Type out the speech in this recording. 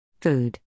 Food